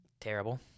terrible